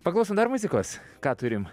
paklusom dar muzikos ką turim